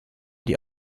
die